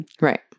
Right